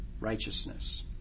righteousness